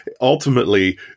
ultimately